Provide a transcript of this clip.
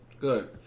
Good